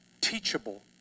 teachable